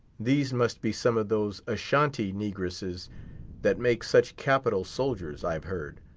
these must be some of those ashantee negresses that make such capital soldiers, i've heard.